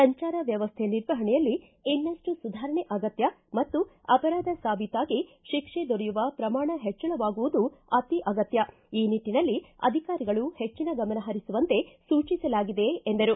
ಸಂಚಾರ ವ್ಯವಸ್ಥೆ ನಿರ್ವಹಣೆಯಲ್ಲಿ ಇನ್ನಷ್ಟು ಸುಧಾರಣೆ ಅಗತ್ಯ ಮತ್ತು ಅಪರಾಧ ಸಾಬೀತಾಗಿ ಶಿಕ್ಷೆ ದೊರೆಯುವ ಪ್ರಮಾಣ ಹೆಚ್ಚಳವಾಗುವುದೂ ಅತೀ ಅಗತ್ಯ ಈ ನಿಟ್ಟನಲ್ಲಿ ಅಧಿಕಾರಿಗಳು ಹೆಚ್ಚನ ಗಮನ ಹರಿಸುವಂತೆ ಸೂಚಿಸಲಾಗಿದೆ ಎಂದರು